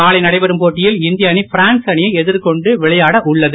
நாளை நடைபெறும் போட்டியில் இந்திய அணி பிரான்ஸ் அணியை எதிர்த்து விளையாட உள்ளது